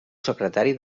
secretari